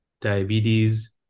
diabetes